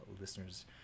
listeners